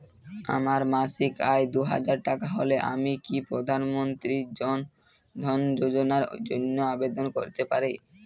আমার মাসিক আয় দুহাজার টাকা হলে আমি কি প্রধান মন্ত্রী জন ধন যোজনার জন্য আবেদন করতে পারি?